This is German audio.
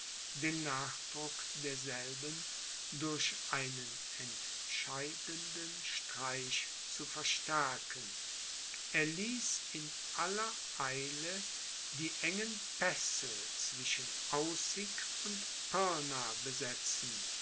den nachdruck derselben durch einen entscheidenden streich zu verstärken er ließ in aller eile die engen pässe zwischen außig und pirna besetzen